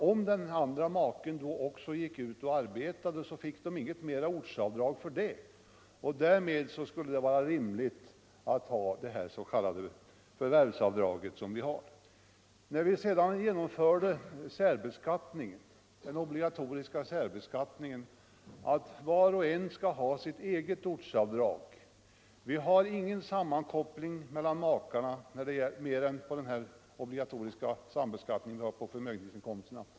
Om den andra maken också gick ut och arbetade, fick de inget mera ortsavdrag för det, och därmed låg det i sakens natur att det kunde vara rimligt att ha det här s.k. förvärvsavdraget. Sedan har vi genomfört den obligatoriska särbeskattningen, som betyder att var och en skall ha sitt eget ortsavdrag. Vi har ingen sammankoppling mellan makarna mer än i fråga om den obligatoriska sambeskattningen på förmögenhetsinkomster.